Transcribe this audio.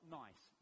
nice